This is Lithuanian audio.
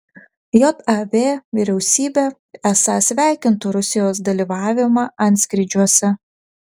jav vyriausybė esą sveikintų rusijos dalyvavimą antskrydžiuose